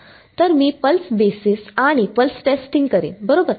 तर मी pulse basis आणि पल्स टेस्टिंग करीन बरोबर